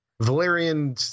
valerian